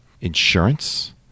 insurance